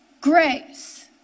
grace